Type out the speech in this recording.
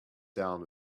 down